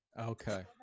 Okay